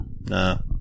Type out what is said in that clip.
no